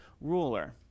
ruler